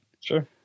Sure